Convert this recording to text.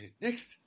Next